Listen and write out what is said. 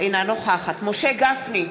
אינה נוכחת משה גפני,